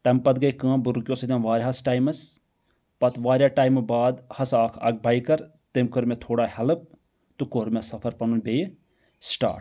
تمہِ پتہٕ گے کٲم بہٕ رُکیووُس اتیٚن واریاہس ٹایمس پتہٕ واریاہ ٹایم باد ہسا آکھ اکھ بایکر تٔمۍ کٔر مےٚ تھوڑا ہیٚلٕپ تہٕ کوٚر مےٚ سفر پنُن بییٚہِ سِٹاٹ